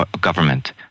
government